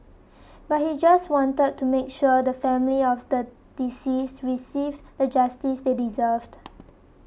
but he just wanted to make sure the family of the deceased received the justice they deserved